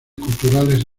culturales